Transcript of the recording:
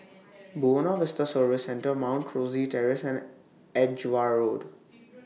Buona Vista Service Centre Mount Rosie Terrace and Edgware Road